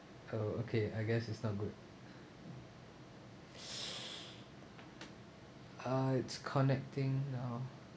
oh okay I guess it's not good ah it's connecting now